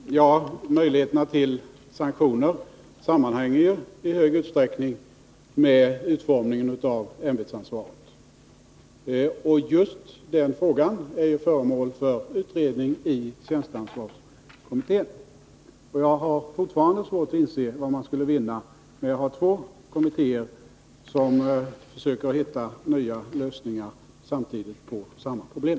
Herr talman! Möjligheterna till sanktioner sammanhänger ju i hög utsträckning med utformningen av ämbetsansvaret. Just den frågan är föremål för utredning i tjänsteansvarskommittén, och jag har fortfarande svårt att inse vad man skulle vinna med att ha två kommittéer som samtidigt söker hitta nya lösningar på samma problem.